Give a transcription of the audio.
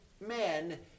men